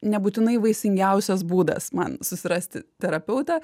nebūtinai vaisingiausias būdas man susirasti terapeutę